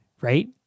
right